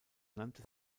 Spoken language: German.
nannte